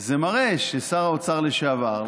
זה מראה ששר האוצר לשעבר,